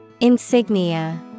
insignia